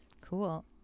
cool